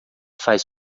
faz